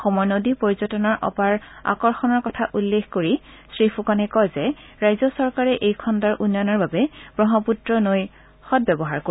অসমৰ নদী পৰ্যটনৰ অপাৰ আকৰ্ষণৰ কথা বুলি উল্লেখ কৰি শ্ৰীফুকনে কয় যে ৰাজ্য চৰকাৰে এই খণ্ডৰ উন্নয়নৰ বাবে ব্ৰহ্মপূত্ৰ নৈ সং ব্যৱহাৰ কৰিব